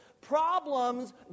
problems